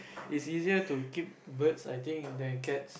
it's easier to keep birds I think than cats